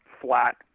flat